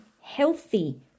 healthy